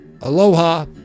Aloha